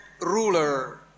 ruler